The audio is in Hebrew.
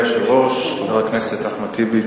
אדוני היושב-ראש חבר הכנסת אחמד טיבי,